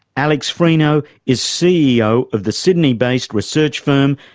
alex frino is ceo of the sydney-based research firm,